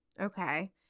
Okay